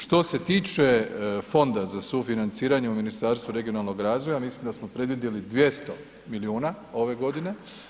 Što se tiče fonda za sufinanciranje u Ministarstvu regionalnog razvoja, mislim da smo predvidjeli 200 milijuna ove godine.